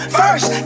first